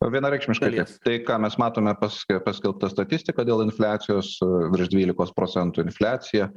vienareikšmiškai tai ką mes matome pas paskelbta statistika dėl infliacijos virš dvylikos procentų infliacija